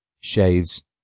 shaves